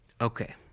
Okay